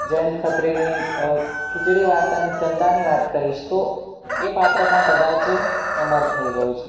જયંત ખત્રીની ખીચળી વાર્તાને ચંદાની વાત કરીશ તો એ પાત્ર પણ કદાચ અમર થઈ ગયું છે